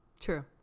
True